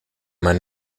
maar